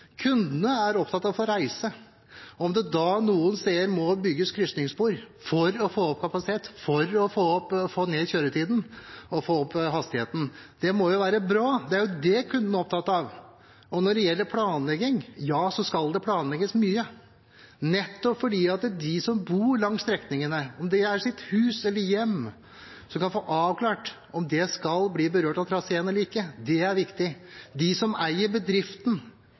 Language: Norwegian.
kundene er frustrerte. Kundene er opptatt av å få reise. Om det noen steder må bygges krysningsspor for å få opp kapasiteten, få ned kjøretiden og få opp hastigheten, må jo det være bra – det er jo det kunden er opptatt av. Når det gjelder planlegging, ja, så skal det planlegges mye – nettopp for at de som bor langs strekningene, skal få avklart om deres hus og hjem blir berørt av traseen eller ikke. Det er viktig. For dem som eier